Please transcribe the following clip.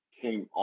came